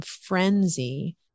frenzy